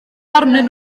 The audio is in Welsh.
arnyn